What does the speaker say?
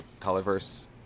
Colorverse